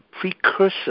precursor